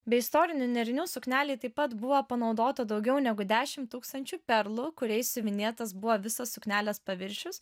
be istorinė nėrinių suknelei taip pat buvo panaudota daugiau negu dešim tūkstančių perlų kuriais siuvinėtas buvo visas suknelės paviršius